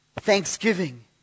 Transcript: thanksgiving